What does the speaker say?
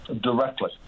directly